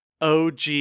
OG